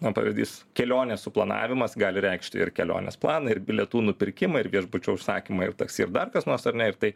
o pavyzdys kelionės suplanavimas gali reikšti ir kelionės planą ir bilietų nupirkimą ir viešbučio užsakymą ir taksi ir dar kas nors ar ne ir tai